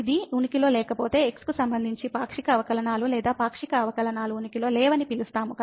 ఇది ఉనికిలో లేకపోతే x కు సంబంధించి పాక్షిక అవకలనాలు లేదా పాక్షిక అవకలనాలు ఉనికిలో లేవని పిలుస్తాము